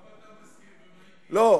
למה אתה מסכים, ומה אתי?